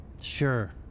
Sure